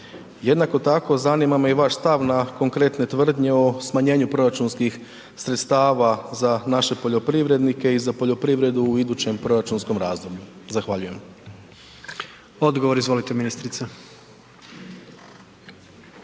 Jednako tako, zanima me i vaš stav na konkretne tvrdnje o smanjenju proračunskih sredstava za naše poljoprivrednike i za poljoprivredu u idućem proračunskom razdoblju. Zahvaljujem. **Jandroković, Gordan